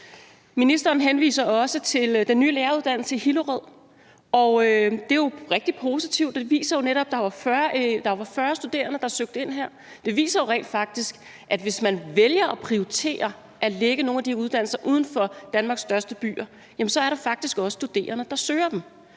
Ministeren henviser også til den nye læreruddannelse i Hillerød. Det er jo rigtig positivt, at der var 40 studerende, der søgte ind her sidst, og det viser jo rent faktisk, at hvis man vælger at prioritere at lægge nogle af de uddannelser uden for Danmarks største byer, er der faktisk også studerende, der søger dem.